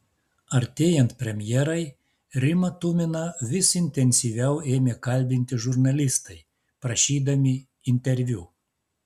artėjant premjerai rimą tuminą vis intensyviau ėmė kalbinti žurnalistai prašydami interviu